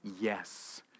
Yes